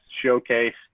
Showcase